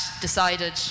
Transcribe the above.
decided